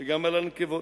וגם על הנקבות.